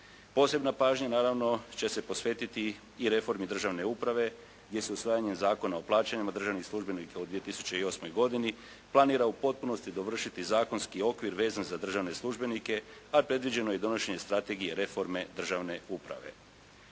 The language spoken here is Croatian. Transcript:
Posebna pažnja naravno će se posvetiti i reformi državne uprave gdje se usvajanjem Zakona o plaćama državnih službenika u 2008. godini planira u potpunosti dovršiti zakonski okvir vezan za državne službenike a predviđeno je i donošenje strategije reforme državne uprave.